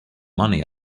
money